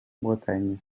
bretagne